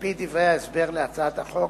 על-פי דברי ההסבר להצעת החוק,